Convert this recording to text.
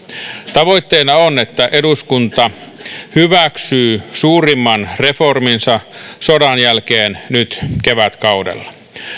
tavoitteena on että eduskunta hyväksyy suurimman reforminsa sodan jälkeen nyt kevätkaudella